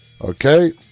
Okay